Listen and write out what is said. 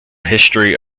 history